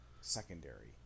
secondary